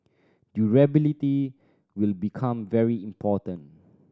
durability will become very important